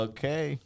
Okay